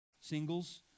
Singles